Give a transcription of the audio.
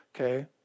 okay